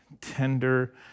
tender